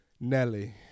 Nelly